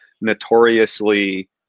notoriously